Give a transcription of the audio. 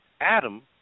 Adam